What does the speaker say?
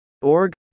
Org